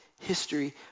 history